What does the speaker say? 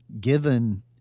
given